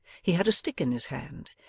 he had a stick in his hand,